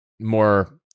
more